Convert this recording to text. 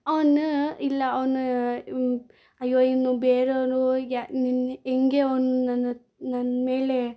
ಅವನು ಇಲ್ಲ ಅವನು ಅಯ್ಯೋ ಇವನು ಬೇರೆಯವರು ಯಾ ನಿನ್ನ ಹೇಗೆ ಅವ್ನು ನನ್ನ ನನ್ನ ಮೇಲೆ